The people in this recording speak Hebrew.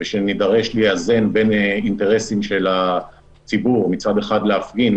ושנידרש לאזן בין אינטרסים של הציבור מצד אחד להפגין,